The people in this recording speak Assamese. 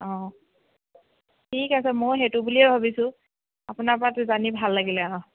অ ঠিক আছে মই সেইটো বুলিয়ে ভাবিছোঁ আপোনাৰ পৰা এইটো জানি ভাল লাগিলে অ